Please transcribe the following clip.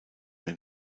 mehr